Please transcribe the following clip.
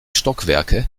stockwerke